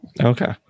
Okay